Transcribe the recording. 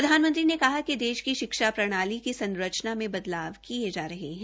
प्रधानमंत्री ने कहा कि देश की शिक्षा प्रणाली की संरचना में बदलाव किये जा रहे है